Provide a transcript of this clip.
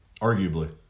Arguably